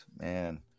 Man